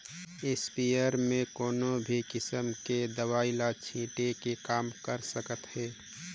sprayer म कोनो भी किसम के दवई ल छिटे के काम कर सकत हे